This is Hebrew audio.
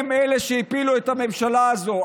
הם אלה שהפילו את הממשלה הזאת,